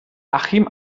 achim